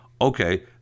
okay